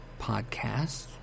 podcasts